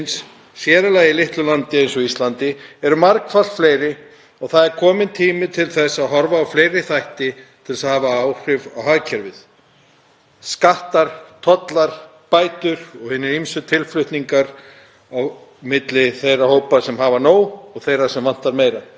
skattar, tollar, bætur og hinir ýmsu tilflutningar á milli þeirra hópa sem hafa nóg og þeirra sem vantar meira. Fyrir lítið hagkerfi eins og okkar ætti að vera mun auðveldara að finna hvaða stjórntæki eru til staðar og hvaða áhrif þau gætu haft á þenslu og samdrátt hagkerfisins.